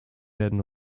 werden